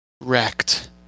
wrecked